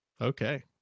Okay